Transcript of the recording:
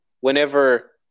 whenever